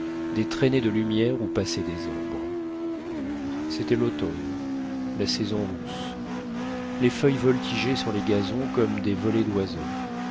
des traînées de lumière où passaient des ombres c'était l'automne la saison rousse les feuilles voltigeaient sur les gazons comme des voilées d'oiseaux